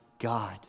God